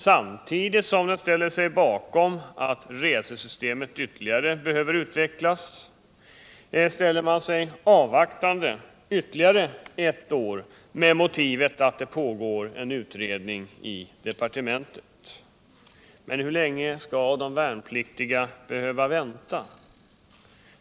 Samtidigt som den ställer sig bakom att resesystemet ytterligare behöver utvecklas ställer man sig avvaktande ytterligare ett år med motivet att det pågår en utredning inom departementet. Men hur länge skall de värnpliktiga behöva vänta”?